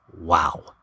Wow